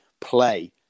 play